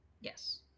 Yes